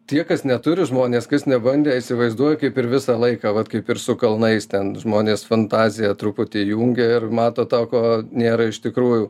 tie kas neturi žmonės kas nebandė įsivaizduoja kaip ir visą laiką vat kaip ir su kalnais ten žmonės fantaziją truputį įjungia ir mato to ko nėra iš tikrųjų